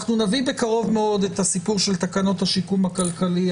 אנחנו נביא בקרוב מאוד את הסיפור של תקנות השיקום הכלכלי,